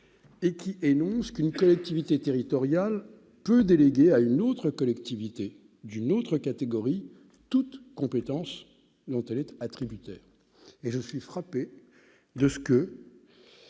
article énonce qu'une collectivité territoriale peut déléguer à une autre collectivité d'une autre catégorie toute compétence dont elle est attributaire. Je suis frappé de constater